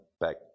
back